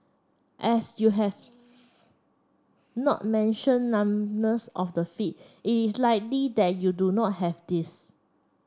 as you have not mention of the feet is likely that you do not have this